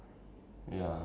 twelve more minutes